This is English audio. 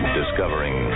discovering